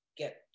get